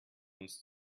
uns